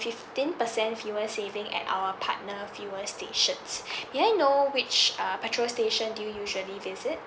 fifteen percent fuel saving at our partner fuel stations may I know which uh petrol station do you usually visit